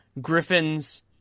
Griffin's